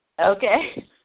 Okay